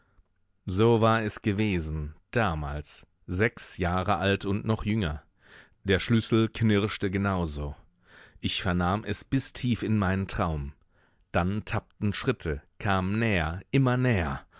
so war es gewesen damals sechs jahre alt und noch jünger der schlüssel knirschte genau so ich vernahm es bis tief in meinen traum dann tappten schritte kamen näher immer näher